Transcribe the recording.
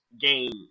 game